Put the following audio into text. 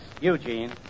Eugene